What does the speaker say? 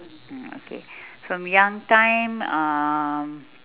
mm okay from young time um